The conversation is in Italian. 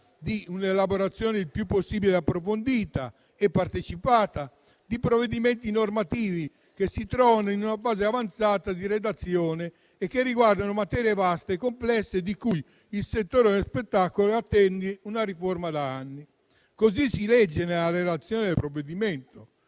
di un'elaborazione il più possibile approfondita e partecipata di provvedimenti normativi che si trovano in una fase avanzata di redazione e che riguardano materie vaste e complesse di cui il settore dello spettacolo attende una riforma da anni. Così si legge nella relazione del provvedimento.